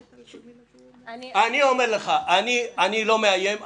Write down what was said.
אני לא מאיים,